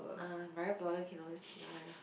ah marine nevermind lah